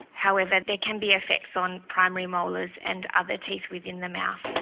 however, there can be effects on primary molars and other teeth within the mouth.